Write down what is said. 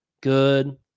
good